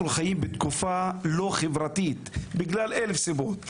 אנחנו חיים בתקופה לא חברתית בגלל אלף סיבות רבות,